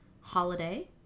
Holiday